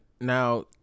now